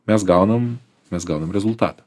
mes gaunam mes gaunam rezultatą